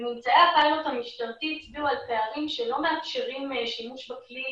וממצאי הפיילוט המשטרתי הצביעו על פערים שלא מאפשרים שימוש בכלי